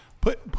put